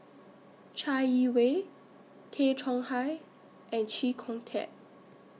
Chai Yee Wei Tay Chong Hai and Chee Kong Tet